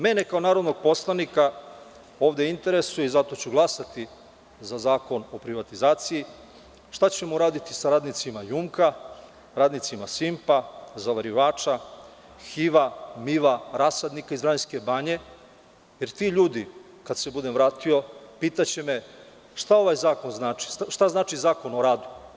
Mene kao narodnog poslanika ovde interesuje i zato ću glasati za Zakon o privatizaciji, šta ćemo raditi sa radnicima „Jumka“, radnicima „Simpa“, „Zavarivača“, „HIVA“, MIVA“, „Rasadnika“ iz Vranjske banje, jer ti ljudi kada se budem vratio pitaće me šta ovaj zakon znači, šta znači Zakon o radu.